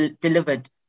delivered